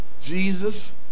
Jesus